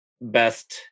best